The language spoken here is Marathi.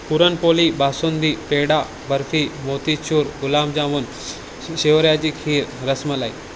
पुरणपोळी बासुंदी पेढा बर्फी मोतीचूर गुलाबजामुन शेवयाची खीर रसमलाई